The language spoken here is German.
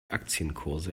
aktienkurse